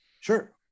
Sure